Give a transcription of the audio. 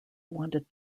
wanted